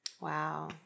Wow